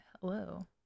hello